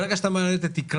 ברגע אתה מעלה את התקרה,